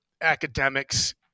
academics